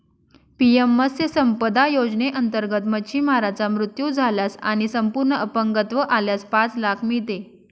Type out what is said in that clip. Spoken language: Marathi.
पी.एम मत्स्य संपदा योजनेअंतर्गत, मच्छीमाराचा मृत्यू झाल्यास आणि संपूर्ण अपंगत्व आल्यास पाच लाख मिळते